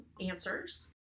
answers